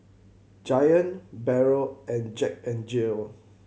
Giant Barrel and Jack N Jill